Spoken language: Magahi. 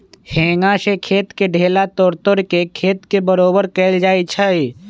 हेंगा से खेत के ढेला तोड़ तोड़ के खेत के बरोबर कएल जाए छै